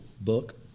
book